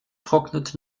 trocknet